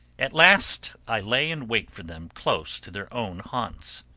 at last i lay in wait for them close to their own haunts.